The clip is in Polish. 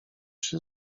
się